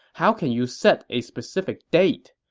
how can you set a specific date?